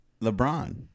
LeBron